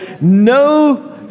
no